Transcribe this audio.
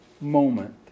moment